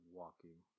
walking